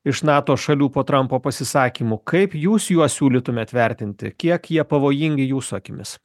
iš nato šalių po trumpo pasisakymų kaip jūs juos siūlytumėt vertinti kiek jie pavojingi jūsų akimis